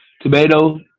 tomato